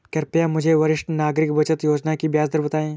कृपया मुझे वरिष्ठ नागरिक बचत योजना की ब्याज दर बताएं?